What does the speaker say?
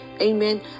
Amen